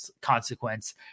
consequence